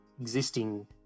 existing